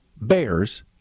Bears